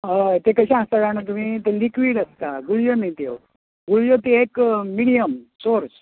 हय तें कशें आसता जाणां तुमी ते लिक्वीड आसता गुळ्यो न्ही त्यो गुळ्यो तें एक मिडियम सोर्स